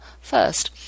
first